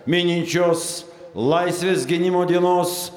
mininčios laisvės gynimo dienos